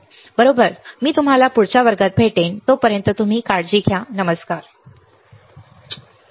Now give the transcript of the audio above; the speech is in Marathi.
त्याबरोबर मी तुम्हाला पुढच्या वर्गात भेटेन तोपर्यंत तुम्ही काळजी घ्या बाय